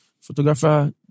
photographer